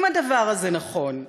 "אם הדבר הזה נכון,